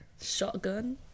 shotgun